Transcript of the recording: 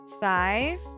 Five